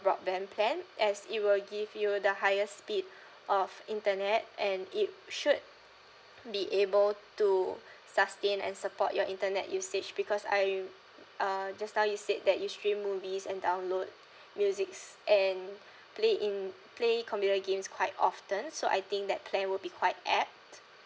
broadband plan as it will give you the highest speed of internet and it should be able to sustain and support your internet usage because I uh just now you said that you stream movies and download musics and play in play computer games quite often so I think that plan will be quite apt